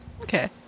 Okay